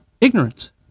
Ignorance